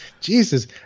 Jesus